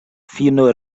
fino